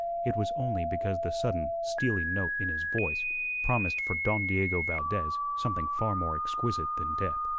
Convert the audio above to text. it was only because the sudden steely note in his voice promised for don diego valdez something far more exquisite than death.